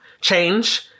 change